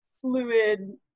fluid